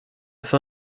fin